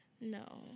No